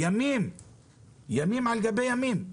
של ימים על גבי ימים.